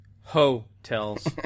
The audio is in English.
Hotels